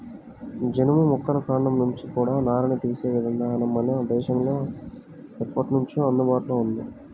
జనుము మొక్కల కాండం నుంచి కూడా నారని తీసే ఇదానం మన దేశంలో ఎప్పట్నుంచో అందుబాటులో ఉంది